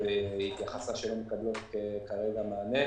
הילדים עניים.